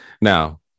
Now